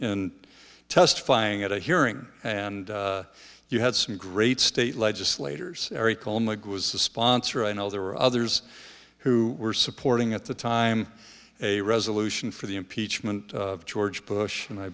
in testifying at a hearing and you had some great state legislators call my sponsor i know there were others who were supporting at the time a resolution for the impeachment of george bush and i